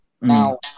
Now